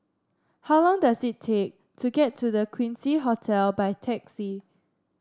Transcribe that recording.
how long does it take to get to The Quincy Hotel by taxi